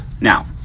Now